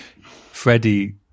freddie